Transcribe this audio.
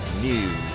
News